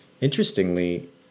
Interestingly